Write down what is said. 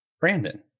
Brandon